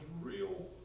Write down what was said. real